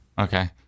Okay